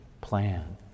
plan